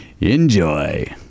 enjoy